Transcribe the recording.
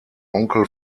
onkel